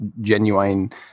genuine